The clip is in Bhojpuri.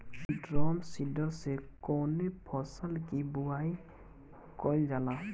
ड्रम सीडर से कवने फसल कि बुआई कयील जाला?